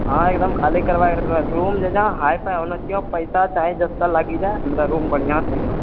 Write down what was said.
हँ एकदम खाली करबाए कऽ रखबह रूम जे छै एकदम हाई फाई होना चाहिए पैसा चाहे जितना लागि जाए हमरा रूम बढ़िआँ चाहिए